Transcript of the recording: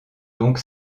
donc